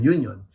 Union